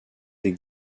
des